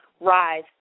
rise